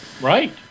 Right